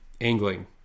angling